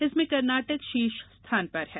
इसमें कर्नाटक शीर्ष स्थान पर है